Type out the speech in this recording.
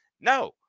No